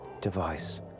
device